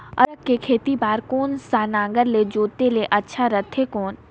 अदरक के खेती बार कोन सा नागर ले जोते ले अच्छा रथे कौन?